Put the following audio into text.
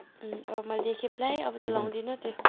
अब मैले दुईखेप लाएँ अब त लाउँदिन त्यो